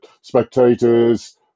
spectators